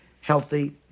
healthy